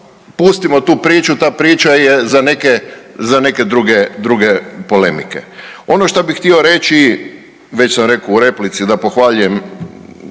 pustimo tu priču, ta priča je za neke, za neke druge, druge polemike. Ono šta bi htio reći, već sam rekao u replici da pohvaljujem